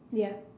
ya